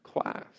class